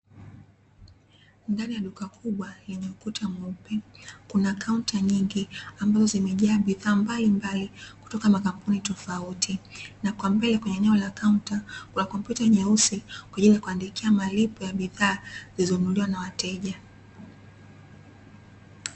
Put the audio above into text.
Ndani ya duka kubwa lenye ukuta mweupe, kuna kaunta nyingi ambazo zimejaa bidhaa mbalimbali kutoka makampuni tofauti na kwa mbele kwenye eneo la kaunta kuna kompyuta nyeusi kwa ajili ya kuandikia bidhaa zilizonunuliwa na wateja.